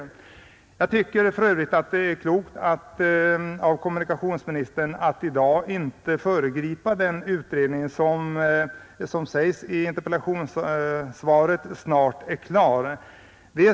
Jag tycker för övrigt att det är klokt av kommunikationsministern att i dag inte föregripa den utredning som, enligt vad som sades i interpellationssvaret, snart är klar.